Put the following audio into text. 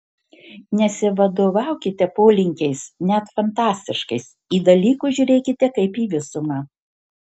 nesivadovaukite polinkiais net fantastiškais j dalykus žiūrėkite kaip į visumą